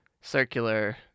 circular